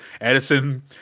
Edison